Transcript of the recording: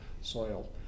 soil